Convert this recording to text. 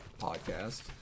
podcast